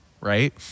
right